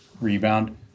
rebound